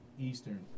Eastern